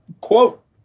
quote